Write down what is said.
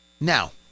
Now